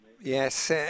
Yes